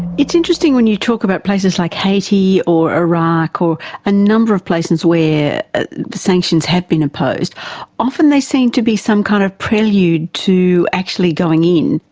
it's interesting when you talk about places like haiti or iraq or a number of places where sanctions have been imposed often they seem to be some kind of prelude to actually going in.